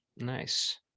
Nice